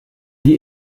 die